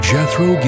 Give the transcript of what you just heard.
Jethro